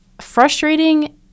frustrating